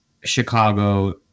Chicago